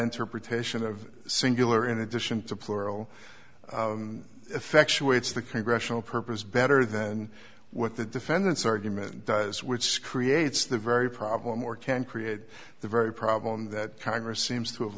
interpretation of singular in addition to plural effectuate is the congressional purpose better than what the defendants argument does which creates the very problem or can create the very problem that congress seems t